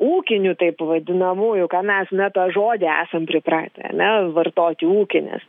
ūkinių taip vadinamųjų ką mes ne tą žodį esam pripratę ane vartoti ūkinės